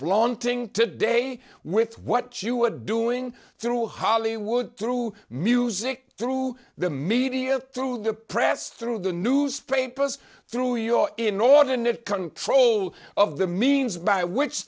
flaunting today with what you were doing through hollywood through music through the media through the press through the newspapers through your inordinate control of the means by which